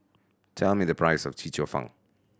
tell me the price of Chee Cheong Fun